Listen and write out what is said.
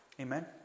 Amen